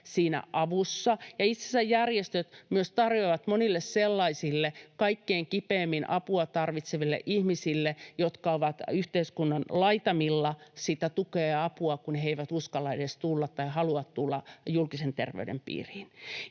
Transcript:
siinä avussa, ja itse asiassa järjestöt myös tarjoavat sitä tukea ja apua monille sellaisille kaikkein kipeimmin apua tarvitseville ihmisille, jotka ovat yhteiskunnan laitamilla eivätkä uskalla edes tulla tai halua tulla julkisen terveydenhoidon piiriin.